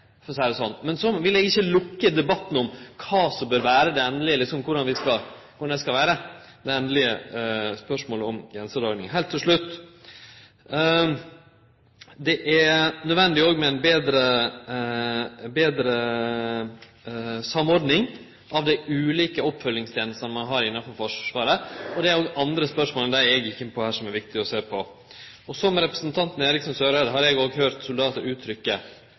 for å seie det slik. Men så vil eg ikkje lukke debatten om kva som bør vere det endelege, korleis det skal vere, når det gjeld spørsmålet om grensedraging. Heilt til slutt: Det er nødvendig med ei betre samordning av dei ulike oppfølgingstenestene vi har innanfor Forsvaret, og det er òg andre spørsmål enn dei eg gjekk inn på her, som det er viktig å sjå på. Som representanten Eriksen Søreide har òg eg høyrt soldatar